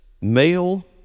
male